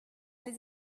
les